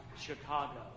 Chicago